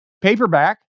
paperback